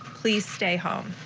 please stay home.